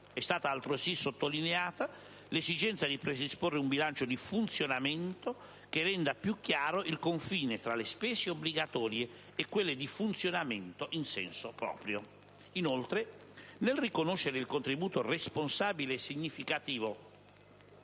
è stata altresì sottolineata l'esigenza di predisporre un bilancio di funzionamento, che renda più chiaro il confine tra le spese obbligatorie e quelle di funzionamento in senso proprio. Inoltre, nel riconoscere il contributo responsabile e significativo